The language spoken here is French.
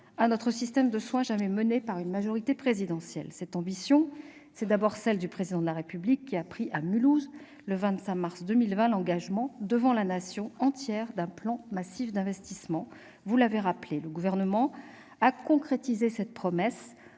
à notre système de soins jamais proposé par une majorité présidentielle. Cette ambition, c'est d'abord celle du Président de la République qui a pris à Mulhouse, le 25 mars 2020, l'engagement devant la Nation entière d'un plan massif d'investissement. Le Gouvernement a concrétisé cette promesse